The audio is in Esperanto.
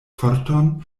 forton